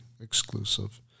exclusive